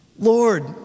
Lord